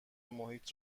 محیط